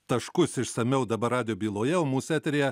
taškus išsamiau dabar radijo byloje mūsų eteryje